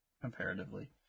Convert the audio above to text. comparatively